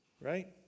right